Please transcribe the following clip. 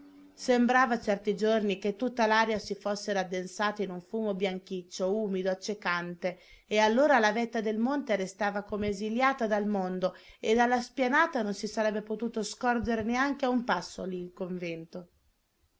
sembrava certi giorni che tutta l'aria si fosse raddensata in un fumo bianchiccio umido accecante e allora la vetta del monte restava come esiliata dal mondo e dalla spianata non si sarebbe potuto scorgere neanche a un passo il convento